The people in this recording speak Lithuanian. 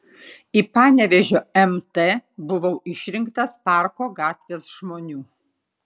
į panevėžio mt buvau išrinktas parko gatvės žmonių